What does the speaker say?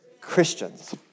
Christians